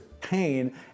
pain